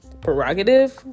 prerogative